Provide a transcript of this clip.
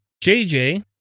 JJ